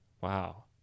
Wow